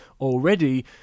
already